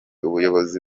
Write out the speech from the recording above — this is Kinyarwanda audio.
ubuyobozi